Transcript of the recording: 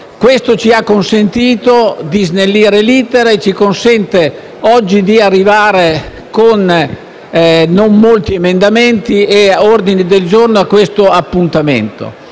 Ciò ha permesso di snellirne l'*iter* e ci consente oggi di arrivare senza molti emendamenti e ordini del giorno a questo appuntamento.